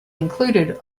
included